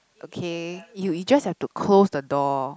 okay you you just have to close the door